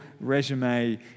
resume